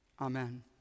Amen